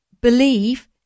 believe